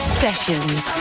sessions